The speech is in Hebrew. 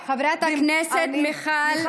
חברת הכנסת מיכל שיר.